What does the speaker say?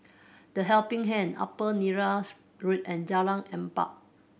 The Helping Hand Upper Neram Road and Jalan Empat